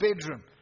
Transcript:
bedroom